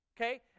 Okay